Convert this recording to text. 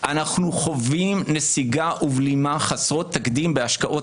אנחנו חווים נסיגה ובלימה חסרות תקדים בהשקעות